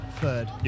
third